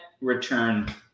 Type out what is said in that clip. return